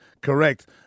correct